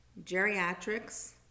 geriatrics